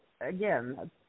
again